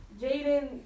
Jaden